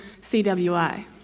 CWI